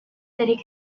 city